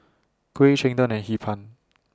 Kuih Cheng Tng and Hee Pan